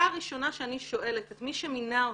הראשונה שאני שואלת את מי שמינה אותי,